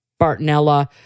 Bartonella